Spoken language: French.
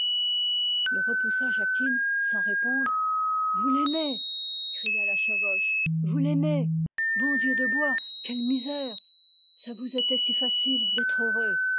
il repoussa jacquine sans répondre vous l'aimez cria la chavoche vous l'aimez bon dieu de bois quelle misère ça vous était si facile d'être heureux